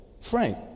Frank